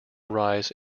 rise